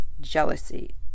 jealousy